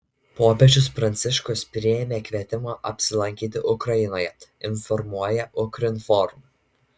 popiežius pranciškus priėmė kvietimą apsilankyti ukrainoje informuoja ukrinform